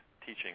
teaching